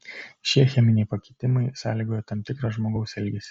šie cheminiai pakitimai sąlygoja tam tikrą žmogaus elgesį